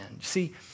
See